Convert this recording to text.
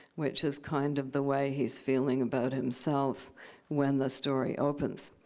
which is kind of the way he's feeling about himself when the story opens.